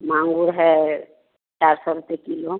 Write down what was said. माँगुर है चार सौ रुपए किलो